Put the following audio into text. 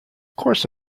course